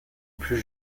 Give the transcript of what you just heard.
plus